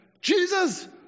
Jesus